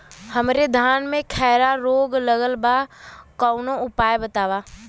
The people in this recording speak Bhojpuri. हमरे धान में खैरा रोग लगल बा कवनो उपाय बतावा?